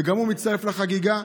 וגם הוא מצטרף לחגיגה,